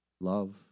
Love